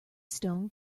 stone